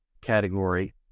category